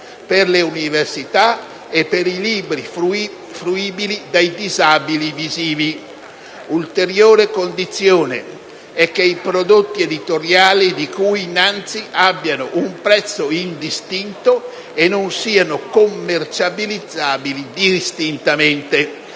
per le università e per i libri fruibili dai disabili visivi. Ulteriore condizione è che i prodotti editoriali di cui innanzi abbiano un prezzo indistinto e non siano commercializzabili distintamente.